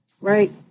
Right